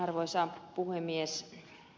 arvoisa puhemies